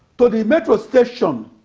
to the metro station